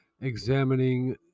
examining